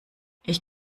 ich